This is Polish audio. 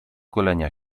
golenia